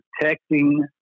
protecting